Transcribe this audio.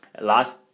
Last